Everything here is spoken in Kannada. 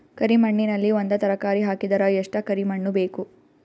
ಕರಿ ಮಣ್ಣಿನಲ್ಲಿ ಒಂದ ತರಕಾರಿ ಹಾಕಿದರ ಎಷ್ಟ ಕರಿ ಮಣ್ಣು ಬೇಕು?